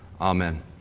Amen